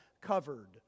covered